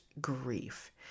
grief